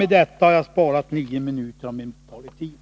Med detta har jag sparat nio minuter av min anmälda taletid.